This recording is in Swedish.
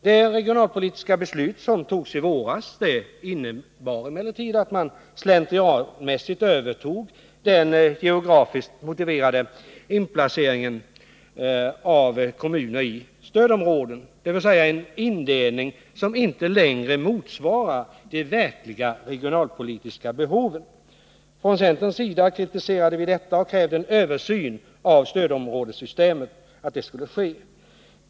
Det regionalpolitiska beslut som togs i våras innebar emellertid att man slentrianmässigt övertog den geografiskt motiverade inplaceringen av kommuner i stödområden, dvs. en indelning som inte längre motsvarar de verkliga regionalpolitiska behoven. Från centerns sida kritiserade vi detta och krävde att en översyn av stödområdessystemet skulle ske.